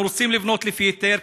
אנחנו רוצים לבנות לפי היתר,